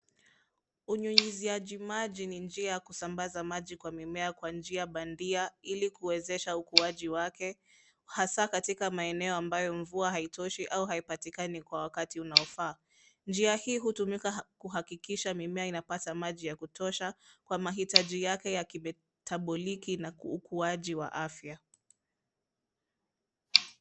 Unyunyuziaji maji ni njia ya kusambaza maji kwa mimea kwa njia bandia ili kuwezesha ukuaji wake, hasa katika maeneo ambayo mvua haitoshi au haipatikani kwa wakati unaofaa. Njia hii hutumika kuhakikisha mimea inapata maji ya kutosha kwa mahitaji yake ya kimetaboliki na ukuaji wa afya.